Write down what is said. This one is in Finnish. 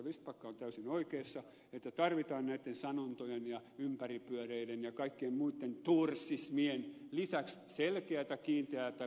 vistbacka on täysin oikeassa että tarvitaan näitten sanontojen ja ympäripyöreiden ja kaikkien muitten thorsismien lisäksi selkeätä kiinteätä konkreettia lainsäädäntöä